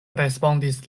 respondis